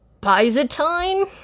Byzantine